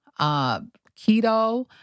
keto